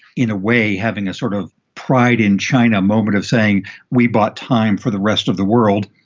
in a way, having a sort of pride in china moment of saying we bought time for the rest of the world,